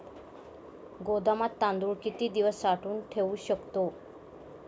गोदामात तांदूळ किती दिवस साठवून ठेवू शकतो?